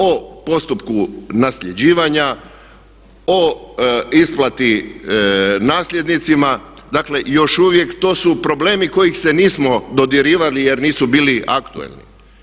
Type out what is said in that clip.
O postupku nasljeđivanja, o isplati nasljednicima, dakle i još uvijek to su problemi kojih se nismo dodirivali jer nisu bili aktualni.